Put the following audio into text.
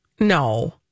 No